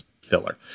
filler